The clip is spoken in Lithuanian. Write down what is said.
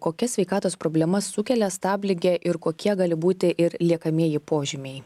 kokias sveikatos problemas sukelia stabligė ir kokie gali būti ir liekamieji požymiai